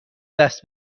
دست